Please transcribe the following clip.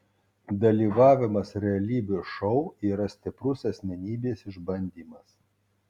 dalyvavimas realybės šou yra stiprus asmenybės išbandymas